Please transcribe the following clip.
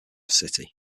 city